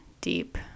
deep